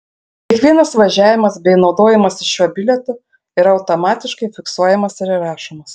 ir kiekvienas važiavimas bei naudojimasis šiuo bilietu yra automatiškai fiksuojamas ir įrašomas